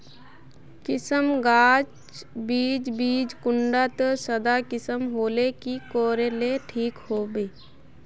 किसम गाज बीज बीज कुंडा त सादा किसम होले की कोर ले ठीक होबा?